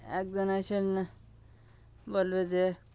একজন আস বলবে যে